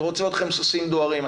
אני רוצה אתכם סוסים דוהרים,